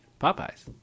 Popeyes